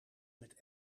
met